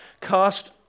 Cast